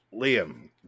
Liam